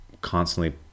constantly